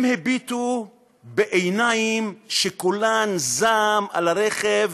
הם הביטו בעיניים שכולן זעם על הרכב,